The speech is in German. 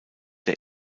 der